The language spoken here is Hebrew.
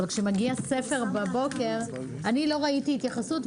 אבל כשמגיע ספר בבוקר אני לא ראיתי התייחסות,